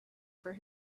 for